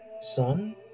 son